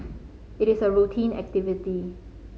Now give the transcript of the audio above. it is a routine activity